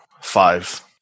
Five